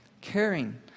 caring